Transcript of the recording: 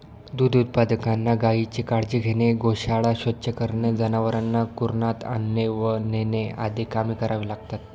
दूध उत्पादकांना गायीची काळजी घेणे, गोशाळा स्वच्छ करणे, जनावरांना कुरणात आणणे व नेणे आदी कामे करावी लागतात